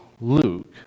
Luke